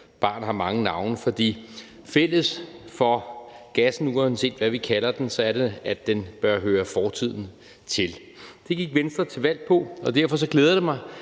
barn har mange navne, for fælles for gassen, uanset hvad vi kalder den, er det, at den bør høre fortiden til. Det gik Venstre til valg på, og derfor glæder det mig,